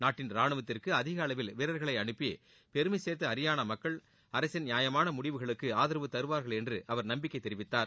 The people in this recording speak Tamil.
நாட்டின் ராணுவத்திற்கு அதிகளவில் வீரர்களை அனுப்பி பெருமை சேர்த்த ஹரியாளா மக்கள் அரசின் நியாயமான முடிவுகளுக்கு ஆதரவு தருவார்கள் என்று அவர் நம்பிக்கை தெரிவித்தார்